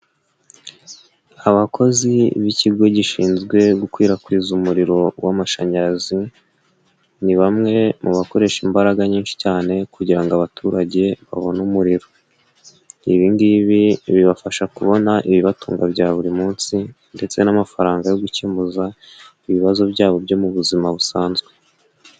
Abakozi b'ikigo gishinzwe gukwirakwiza umuriro w'amashanyarazi, ni bamwe mu bakoresha imbaraga nyinshi cyane kugira ngo abaturage babone umuriro. Ibingibi bibafasha kubona ibibatunga bya buri munsi, ndetse n'amafaranga yo gukemura ibibazo byabo byo mu buzima busanzwe.